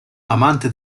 amante